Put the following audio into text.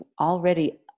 already